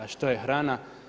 A što je hrana?